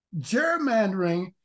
gerrymandering